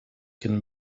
can